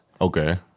Okay